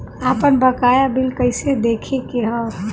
आपन बकाया बिल कइसे देखे के हौ?